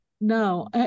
No